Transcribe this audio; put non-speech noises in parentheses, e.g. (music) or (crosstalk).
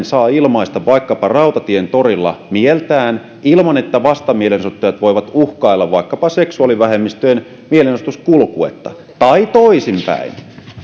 (unintelligible) saa ilmaista vaikkapa rautatientorilla mieltään ilman että vastamielenosoittajat voivat uhkailla vaikkapa seksuaalivähemmistöjen mielenosoituskulkuetta tai toisinpäin